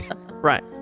Right